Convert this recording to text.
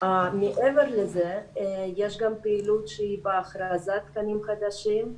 מעבר לזה יש גם פעילות שהיא בהכרזת תקנים חדשים,